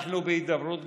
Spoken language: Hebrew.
אנחנו גם בהידברות.